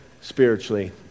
spiritually